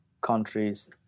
countries